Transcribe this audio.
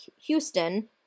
Houston